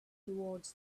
towards